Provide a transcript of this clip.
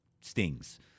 stings